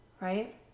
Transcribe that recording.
Right